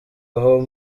aho